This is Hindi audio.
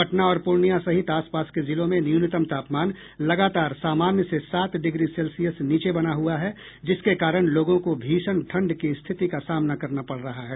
पटना और पूर्णियां सहित आसपास के जिलों में न्यूनतम तापमान लगातार सामान्य से सात डिग्री सेल्सियस नीचे बना हुआ है जिसके कारण लोगों को भीषण ठंड की स्थिति का सामना करना पड़ रहा है